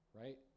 right